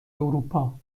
اروپا